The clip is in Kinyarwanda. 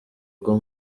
rwo